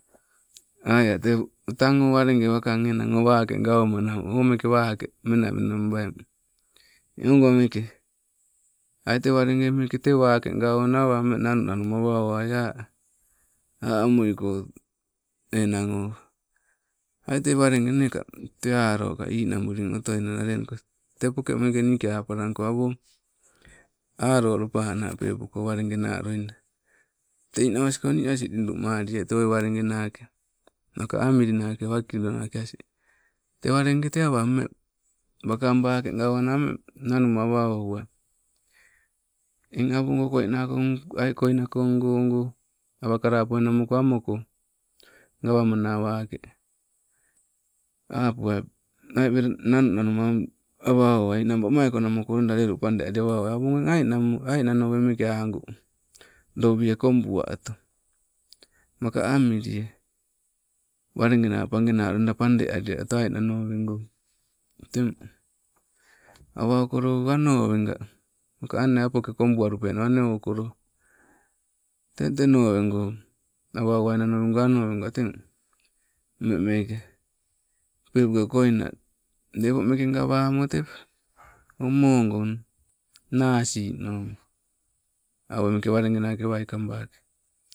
Aia te tang o walenge wakang waake gaumanawa tang o waake meke menamenababai ai te, walenge meke tee waake meng nannanuma awa uwuwai a', a' amuniko enang o, ai te walenge neka te alo ninabuli otoinala lenuko, poke meke nike apalalangko awoo aloo lopanaa pekopo. Walengena loida, te ninamasko nii asing lidumaliee tewoi walege nake, naka amili nake wakilo nake asing. Te walege te awameng, wakang waake gawonaa meng nanuma awa owuai, eng awo goo koi nakoo, ai koina kong oh goo awa kalapuwainamokoo gawamanaa wake apuwai, ai wela nannanuma awa owuai ninang wamaiko namoo lu padealio awo eng ainamoo, ainanowe meeke agu lowie kobua oto. Maka amilie, walenge naa page naa loida pade alitolo, ainanowegoo, teng awa owukoloo anowega ka angne apo ke kobuwalupenna nee owukoloo te tenowego awa owuaina te anologa teng koina lepo mekee gawamoo tewa o moo goong nasii nau awoi meke walenge nake waikabake.